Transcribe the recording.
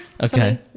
Okay